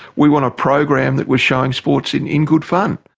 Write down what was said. we were on a program that was showing sports in in good fun.